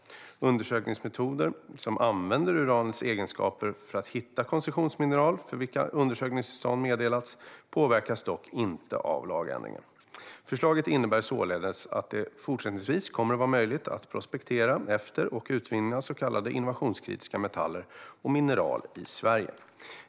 Undersökningsmetoder som använder uranets egenskaper för att hitta koncessionsmineral för vilka undersökningstillstånd meddelats påverkas dock inte av lagändringen. Förslaget innebär således att det fortsättningsvis kommer att vara möjligt att prospektera efter och utvinna så kallade innovationskritiska metaller och mineraler i Sverige.